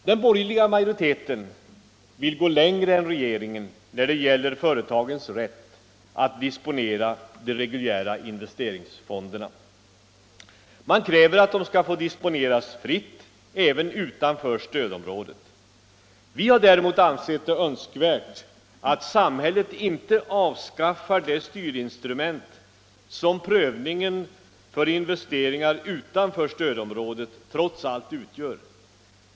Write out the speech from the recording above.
Den borgerliga majoriteten vill gå längre än regeringen när det gäller företagens rätt att disponera de reguljära investeringsfonderna. Man kräver att de skall få disponeras fritt även utanför stödområdet. Vi har däremot ansett det önskvärt att samhället inte avskaffar det styrinstrument som prövningen för investeringar utanför stödområdet trots allt utgör.